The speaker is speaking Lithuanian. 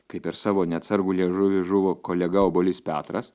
kaip per savo neatsargų liežuvį žuvo kolega obuolys petras